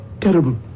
terrible